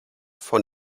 von